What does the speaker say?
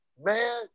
man